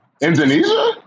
Indonesia